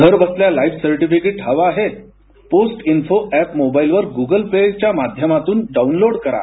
घरबसल्या life certificate हवं आहे पोस्टइन्फो अॅप मोबाईलवर ग्गल पे च्या माध्यमातून डाऊनलोड करा